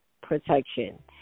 protection